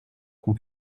qu’on